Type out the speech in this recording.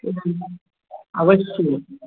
एवम् अवश्यम्